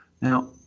Now